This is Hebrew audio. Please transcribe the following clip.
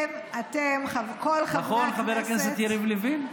אתם, כל חברי הכנסת, נכון, חבר הכנסת יריב לוין?